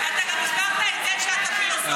אתה גם הסברת את זה שאתה פילוסוף,